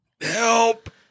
help